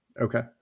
Okay